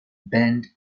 band